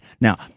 Now